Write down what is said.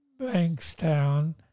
Bankstown